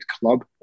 club